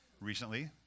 recently